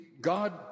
God